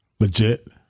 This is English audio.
Legit